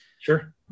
Sure